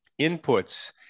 inputs